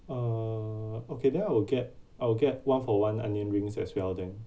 uh okay then I'll get I'll get one for one onion rings as well then